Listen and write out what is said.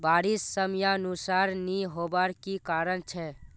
बारिश समयानुसार नी होबार की कारण छे?